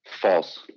False